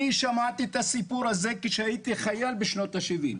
אני שמעתי את הסיפור הזה כשהייתי חייל בשנות השבעים.